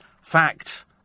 Fact